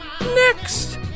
Next